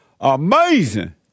Amazing